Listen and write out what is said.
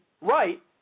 right